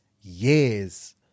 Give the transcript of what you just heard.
years